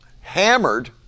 hammered